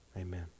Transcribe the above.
amen